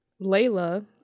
layla